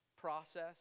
process